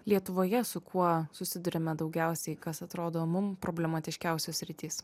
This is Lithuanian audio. lietuvoje su kuo susiduriame daugiausiai kas atrodo mum problematiškiausios sritys